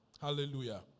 Hallelujah